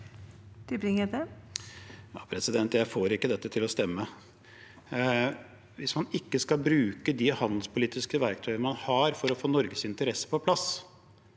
Jeg får ikke dette til å stemme. Hvis man ikke skal bruke de handelspolitiske verktøyene man har for å få Norges interesser på plass,